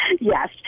Yes